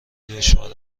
دشوار